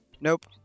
Nope